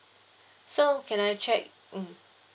so can I check mm